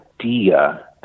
idea